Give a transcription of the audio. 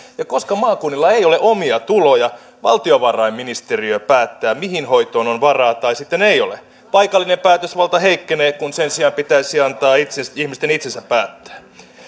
ja koska maakunnilla ei ole omia tuloja valtiovarainministeriö päättää mihin hoitoon on varaa tai sitten ei ole paikallinen päätösvalta heikkenee kun sen sijaan pitäisi antaa ihmisten itsensä päättää